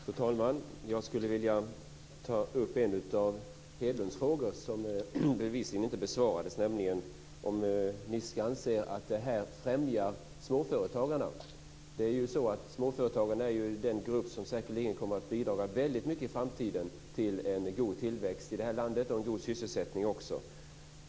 Fru talman! Jag skulle vilja ta upp en av Hedlunds frågor, som bevisligen inte besvarades, nämligen om Niska anser att det här främjar småföretagarna. Det är ju så att småföretagarna är en grupp som säkerligen kommer att bidra väldigt mycket till en god tillväxt och sysselsättning i det här landet i framtiden.